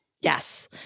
Yes